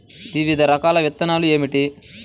వివిధ రకాల విత్తనాలు ఏమిటి?